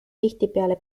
tihtipeale